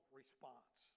response